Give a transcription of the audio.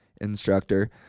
instructor